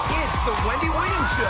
it's the wendy williams